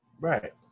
Right